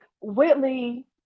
Whitley